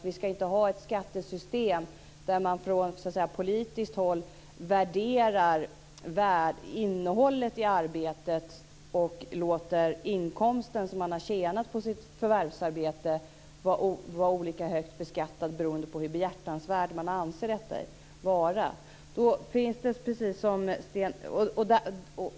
Vi skall inte ha ett skattesystem där man från politiskt håll värderar innehållet i arbetet och låter den inkomst som man har tjänat på sitt förvärvsarbete vara olika högt beskattad beroende på hur behjärtansvärt man anser detta vara.